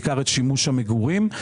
בעיקר את שימוש המגורים.